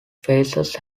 faces